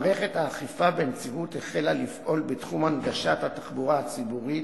מערכת האכיפה בנציבות החלה לפעול בתחום הנגשת התחבורה הציבורית,